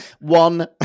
One